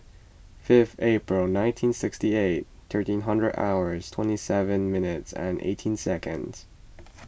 fifth April nineteen sixty eight thirteen hundred hours twenty seven minutes and eighteen seconds